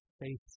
faith